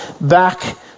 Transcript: back